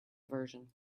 version